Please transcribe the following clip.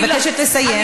אני מבקשת לסיים.